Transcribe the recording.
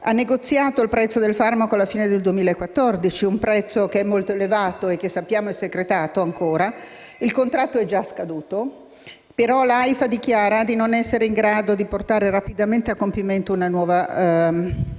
ha negoziato il prezzo del farmaco alla fine del 2014, un prezzo che è molto elevato e che sappiamo essere ancora secretato. Il contratto è già scaduto, però l'AIFA dichiara di non essere in grado di portare rapidamente a compimento una nuova